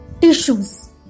tissues